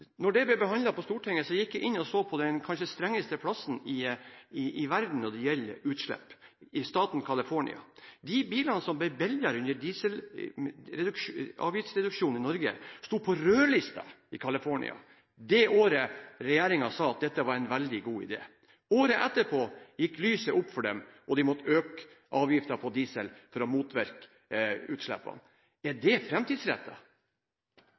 ble behandlet på Stortinget, gikk jeg inn og så på den kanskje strengeste plassen i verden når det gjelder utslipp: staten California. De bilene som ble billigere under dieselavgiftsreduksjonen i Norge, sto på rødlisten i California det året regjeringen sa at dette var en veldig god idé. Året etterpå gikk lyset opp for dem, og de måtte øke avgiften på diesel for å motvirke utslippene. Er det